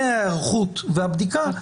ההיערכות והבדיקה לא היו לוקחים שבעה ימים.